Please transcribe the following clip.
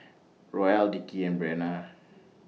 Roel Dickie and Breanna